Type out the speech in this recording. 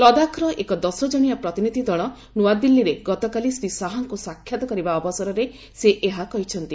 ଲଦାଖର ଏକ ଦଶଜଣିଆ ପ୍ରତିନିଧି ଦଳ ନୂଆଦିଲ୍ଲୀରେ ଗତକାଲି ଶ୍ରୀ ଶାହାଙ୍କୁ ସାକ୍ଷାତ କରିବା ଅବସରରେ ସେ ଏହା କହିଛନ୍ତି